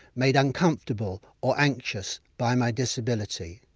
made uncomfortable or anxious by my disability.